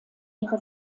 ihre